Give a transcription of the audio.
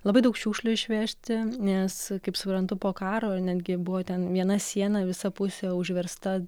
labai daug šiukšlių išvežti nes kaip suprantu po karo ir netgi buvo ten viena siena visa pusė užversta